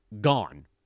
gone